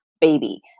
baby